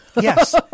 Yes